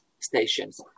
stations